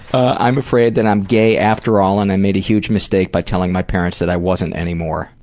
i'm afraid that i'm gay after all and i made a huge mistake by telling my parents that i wasn't anymore.